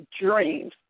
dreams